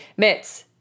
Mitz